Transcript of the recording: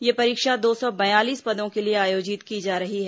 यह परीक्षा दो सौ बयालीस पदों के लिए आयोजित की जा रही है